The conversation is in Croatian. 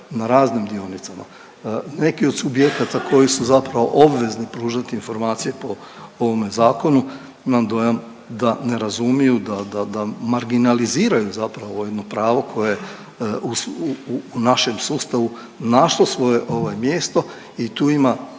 na raznim dionicama. Neki od subjekata koji su zapravo obvezni pružati informacije po ovome Zakonu, imam dojam da ne razumiju, da, da, da marginaliziraju zapravo ovime pravo koje u našem sustavu našlo svoje ovaj mjesto i tu ima